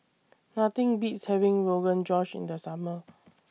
Nothing Beats having Rogan Josh in The Summer